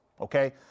Okay